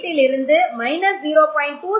38 லிருந்து 0